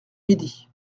midi